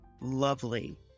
lovely